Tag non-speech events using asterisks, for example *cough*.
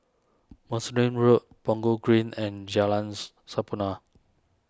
*unintelligible* Road Punggol Green and Jalan's Sampurna